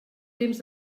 temps